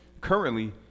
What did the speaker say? Currently